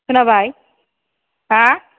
खोनाबाय हा